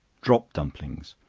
drop dumplings.